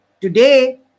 today